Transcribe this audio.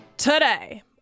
Today